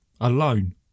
Alone